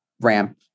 ramp